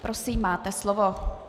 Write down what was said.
Prosím, máte slovo.